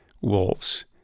wolves